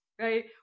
right